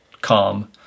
calm